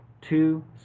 two